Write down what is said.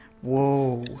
whoa